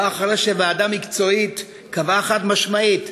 בא אחרי שוועדה מקצועית קבעה חד-משמעית,